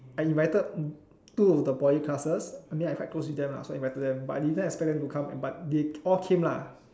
I invited mm two of the poly classes I mean I quite close with them lah so I invited them but I didn't expect them to come but they all came lah